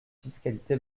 fiscalité